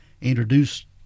introduced